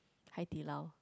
hai-di-lao